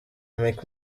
meek